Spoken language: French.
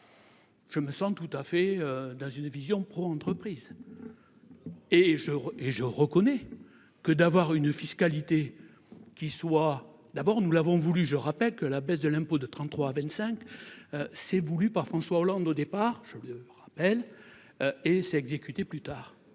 Je me sens tout à fait dans une vision pro-entreprises et je et je reconnais que d'avoir une fiscalité qui soit d'abord, nous l'avons voulu, je rappelle que la baisse de l'impôt de 33 25 s'est voulu par François Hollande, au départ, je le rappelle et c'est exécuté plus tard